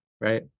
right